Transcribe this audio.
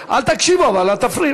אל תקשיבו, אבל אל תפריעו.